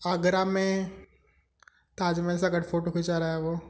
आगरा में ताजमहल सां गॾु असां फ़ोटो खिचराया हुआ